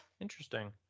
interesting